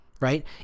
right